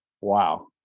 Wow